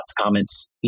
comments